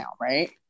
right